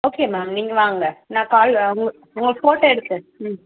okay ma'am நீங்கள் வாங்க நான் கால் உங்கள் உங்களுக்கு ஃபோட்டோ எடுத்து ம்